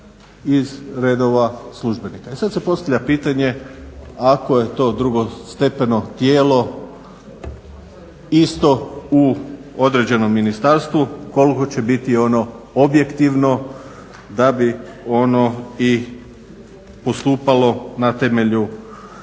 I sad se postavlja pitanje ako je to drugostepeno tijelo isto u određenom ministarstvu koliko će biti ono objektivno da bi ono i postupalo na temelju određenih